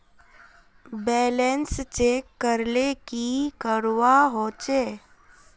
Balance check करले की करवा होचे?